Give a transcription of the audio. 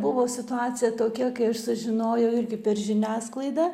buvo situacija tokia kai aš sužinojau irgi per žiniasklaidą